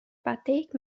patīk